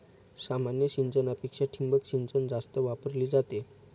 सामान्य सिंचनापेक्षा ठिबक सिंचन जास्त वापरली जाते